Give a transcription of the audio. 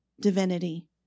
divinity